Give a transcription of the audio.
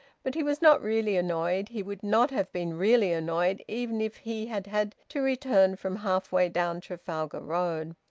but he was not really annoyed. he would not have been really annoyed even if he had had to return from half-way down trafalgar road.